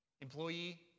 Employee